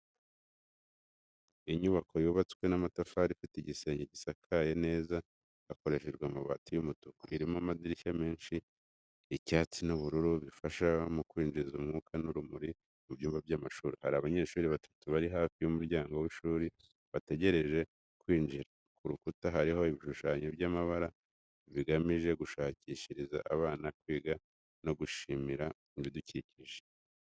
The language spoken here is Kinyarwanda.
Inyubako yubatswe n’amatafari, ifite igisenge gisakaye neza hakoreshejwe amabati y'umutuku. Irimo amadirishya menshi y’icyatsi n’ubururu, bifasha mu kwinjiza umwuka n’urumuri mu byumba by’amashuri. Hari abanyeshuri batatu bari hafi y’umuryango w’ishuri bategereje kwinjira, ku rukuta hariho ibishushanyo by’amabara, bigamije gushishikariza abana kwiga no kwishimira ibidukikije.